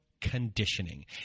conditioning